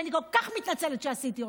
שאני כל כך מתנצלת שעשיתי אותה,